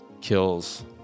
kills